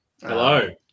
Hello